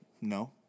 No